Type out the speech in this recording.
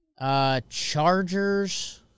Chargers